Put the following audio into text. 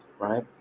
right